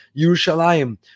Yerushalayim